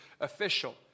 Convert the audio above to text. official